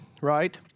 right